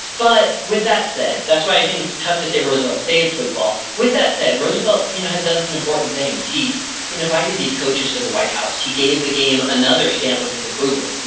but with that said, that's why i think it's tough to say roosevelt saved football, with that said, roosevelt you know had done some important things. he invited these coaches to the white house. he gave the game another stamp of his approval.